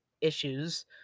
issues